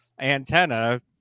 antenna